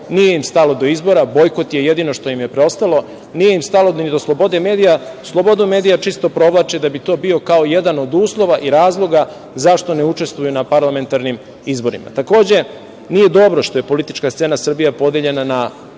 nije im stalo do izbora. Bojkot je jedino što im je preostalo. Nije im stalo ni do slobode medija. Slobodu medija čisto provlače da bi to bio kao jedan od uslova i razloga zašto ne učestvuju na parlamentarnim izborima. Takođe, nije dobro što je politička scena Srbije podeljena na